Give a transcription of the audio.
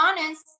honest